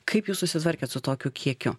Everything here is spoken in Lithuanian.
kaip jūs susitvarkėt su tokiu kiekiu